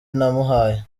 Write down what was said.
namuhaye